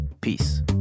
Peace